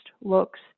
looks